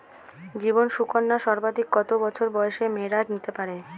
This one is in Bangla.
জীবন সুকন্যা সর্বাধিক কত বছর বয়সের মেয়েরা নিতে পারে?